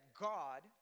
God